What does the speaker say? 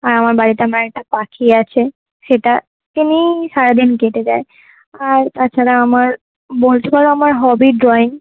আর আমার বাড়িতে আমার একটা পাখি আছে সেটাকে নিয়েই সারাদিন কেটে যায় আর তাছাড়া আমার বলতে পারো আমার হবি ড্রয়িং